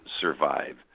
survive